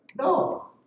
No